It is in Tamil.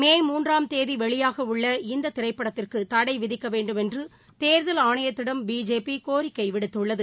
மே உம் தேதி வெளியாக உள்ள இந்த திரைபடத்திற்கு தடை விதிக்கவேண்டும் என்று தேர்தல் ஆணையத்திடம் பிஜேபி கோரிக்கை விடுத்துள்ளது